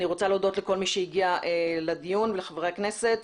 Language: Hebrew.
אני רוצה להודות לכל מי שהגיע לדיון ולחברי הכנסת.